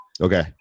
Okay